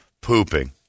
pooping